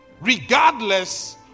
Regardless